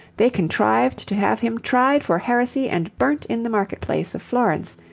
they contrived to have him tried for heresy and burnt in the market-place of florence,